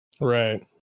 right